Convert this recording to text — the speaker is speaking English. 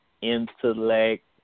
intellect